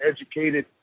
educated